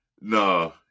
no